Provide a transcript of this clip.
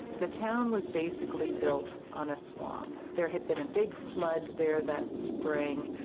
the town was basically built on a swamp. there had been a big flood there that spring.